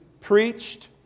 preached